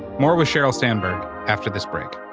more with sheryl sandberg after this break.